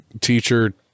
teacher